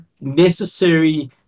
necessary